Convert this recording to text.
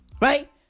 Right